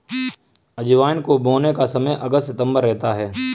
अजवाइन को बोने का समय अगस्त सितंबर रहता है